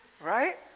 right